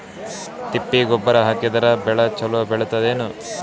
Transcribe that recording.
ತಿಪ್ಪಿ ಗೊಬ್ಬರ ಹಾಕಿದರ ಬೆಳ ಚಲೋ ಬೆಳಿತದೇನು?